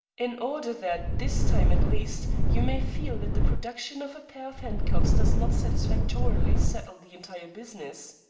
in order that, this time at least, you may feel that the production of a pair of handcuffs does not satisfactorily settle the entire business.